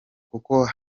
kuko